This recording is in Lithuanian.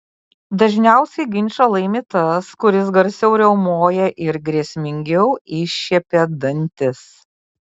dažniausiai ginčą laimi tas kuris garsiau riaumoja ir grėsmingiau iššiepia dantis